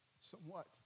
somewhat